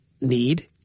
need